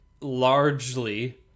largely